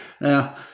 now